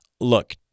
Look